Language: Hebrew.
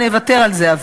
אבל אני אוותר על זה,